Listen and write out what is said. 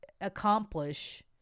accomplish